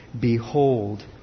behold